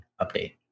update